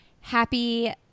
happy